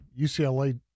UCLA